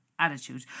attitude